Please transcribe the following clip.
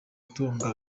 atunga